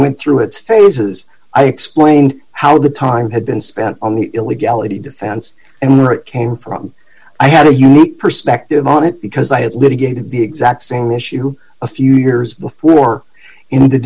went through its phases i explained how the time had been spent on the illegality defense and came from i had a unique perspective on it because i had litigated the exact same issue a few years before